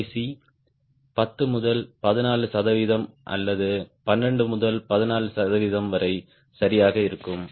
10 முதல் 14 சதவீதம் அல்லது 12 முதல் 14 சதவீதம் வரை சரியாக இருக்கும்